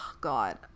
God